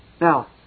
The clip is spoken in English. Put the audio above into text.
Now